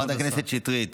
חברת הכנסת שטרית,